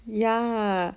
ya